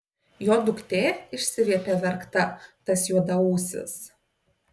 jo duktė išsiviepė verkta tas juodaūsis